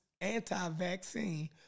anti-vaccine